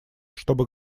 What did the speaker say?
чтобы